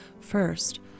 First